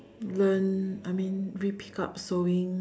learn I mean repick up sewing